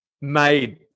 made